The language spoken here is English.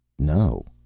no.